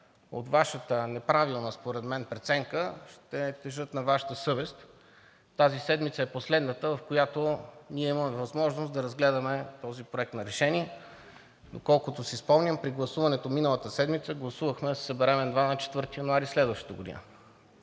от Вашата неправилна според мен преценка ще тежат на Вашата съвест. Тази седмица е последната, в която имаме възможност да разгледаме този проект на решение. Доколкото си спомням, при гласуването от миналата седмица гласувахме да се съберем едва на 4 януари следващата година,